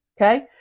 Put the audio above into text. Okay